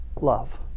love